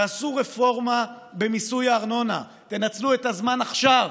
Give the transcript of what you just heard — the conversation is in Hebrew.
תעשו רפורמה במיסוי הארנונה, תנצלו את הזמן עכשיו,